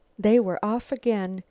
they were off again.